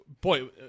boy